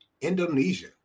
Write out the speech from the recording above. Indonesia